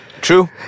True